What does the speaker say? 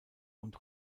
und